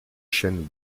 chênes